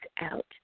out